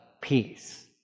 Peace